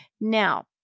Now